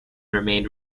remained